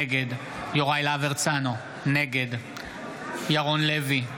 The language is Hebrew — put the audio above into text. נגד יוראי להב הרצנו, נגד ירון לוי,